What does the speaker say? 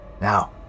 Now